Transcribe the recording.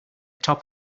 top